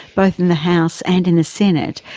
both in the house and in the senate,